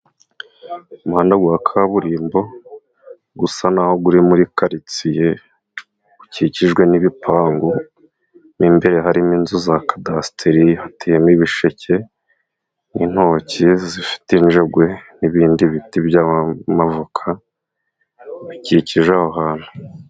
Umuhanda wa kaburimbo usa nk'aho uri muri karitsiye, ukikijwe n'ibipangu mu imbere harimo inzu za kadasiteri hateyemo ibisheke, n'intoki zifite injegwe, n'ibindi biti by'amavoka bikikije aho hantu.